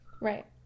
Right